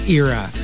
era